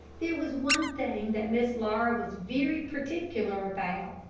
there was one thing that miss laura was very particular about,